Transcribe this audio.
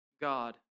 God